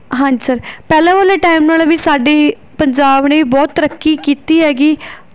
ਹਾਂਜੀ ਸਰ ਪਹਿਲਾਂ ਵਾਲੇ ਟਾਈਮ ਨਾਲ ਵੀ ਸਾਡੇ ਪੰਜਾਬ ਨੇ ਵੀ ਬਹੁਤ ਤਰੱਕੀ ਕੀਤੀ ਹੈਗੀ